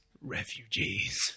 refugees